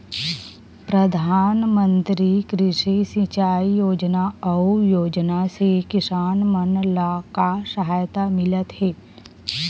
प्रधान मंतरी कृषि सिंचाई योजना अउ योजना से किसान मन ला का सहायता मिलत हे?